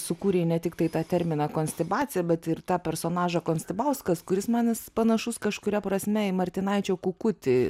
sukūrei ne tiktai tą terminą konstibacija bet ir tą personažą konstibauskas kuris man jis panašus kažkuria prasme į martinaičio kukutį